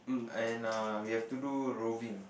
and err we have to do roving